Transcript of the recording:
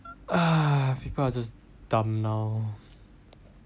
(ppb people are just dumb now